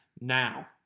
now